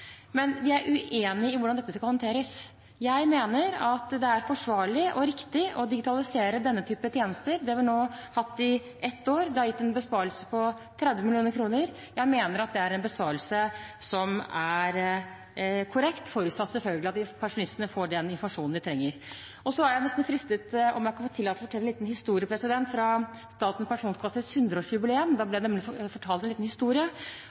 men vi er uenige om hvordan dette skal håndteres. Jeg mener det er forsvarlig og riktig å digitalisere denne typen tjenester. Det har vi nå gjort i ett år, og det har gitt en besparelse på 30 mill. kr. Jeg mener det er en besparelse som er korrekt, forutsatt selvfølgelig at pensjonistene får den informasjonen de trenger. Så er jeg nesten fristet til å fortelle en historie fra Statens pensjonskasses 100-årsjubileum. Da ble det fortalt en historie